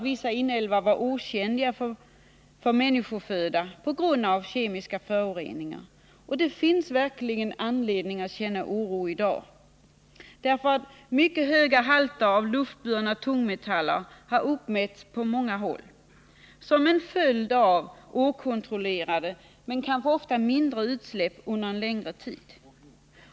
Vissa inälvor var faktiskt otjänliga som människoföda på grund av kemiska föroreningar. Och det finns verkligen anledning att känna oro i dag. Mycket höga halter av luftburna tungmetaller har uppmätts på många håll som en följd av okontrollerade mindre utsläpp under en längre tid.